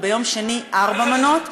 וביום שני ארבע מנות.